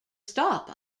stop